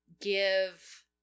give